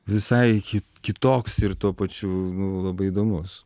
visai kitoks ir tuo pačiu labai įdomus